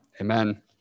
Amen